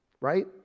right